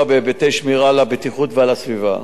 בהיבטי שמירה על הבטיחות ועל הסביבה.